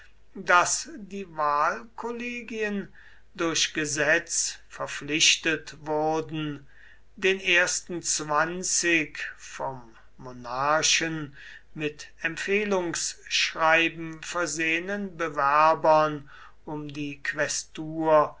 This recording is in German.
daß die wahlkollegien durch gesetz verpflichtet wurden den ersten zwanzig vom monarchen mit empfehlungsschreiben versehenen bewerbern um die quästur